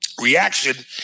reaction